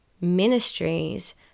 ministries